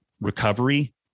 recovery